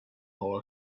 how